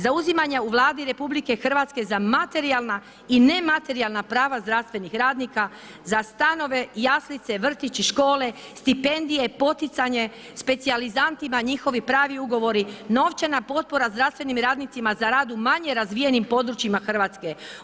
Zauzimanja u Vladi RH zauzimanje za materijalna i nematerijalna prava zdravstvenih radnika, za stanove, jaslice, vrtić i škole, stipendije i poticanje specijalizantima njihovi pravi ugovori, novčana potpora zdravstvenim radnicima za rad u manje razvijenim područjima Hrvatske.